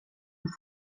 för